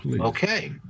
Okay